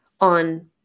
on